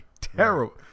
Terrible